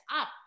up